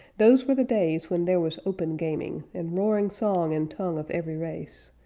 those were the days when there was open gaming, and roaring song in tongue of every race.